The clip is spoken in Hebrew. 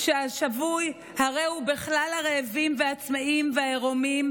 שהשבוי הרי הוא בכלל הרעבים והצמאים והערומים,